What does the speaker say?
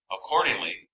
Accordingly